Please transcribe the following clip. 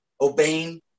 obeying